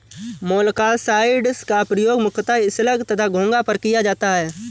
मोलॉक्साइड्स का प्रयोग मुख्यतः स्लग तथा घोंघा पर किया जाता है